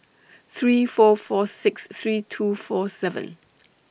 three four four six three two four seven